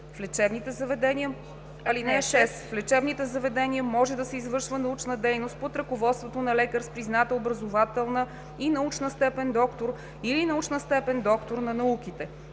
В лечебните заведения може да се извършва научна дейност под ръководството на лекар с призната образователна и научна степен „доктор“ или научна степен „доктор на науките“.“